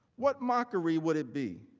what mockery would it be,